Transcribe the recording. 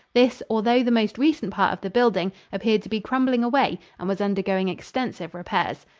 this, although the most recent part of the building, appeared to be crumbling away and was undergoing extensive repairs.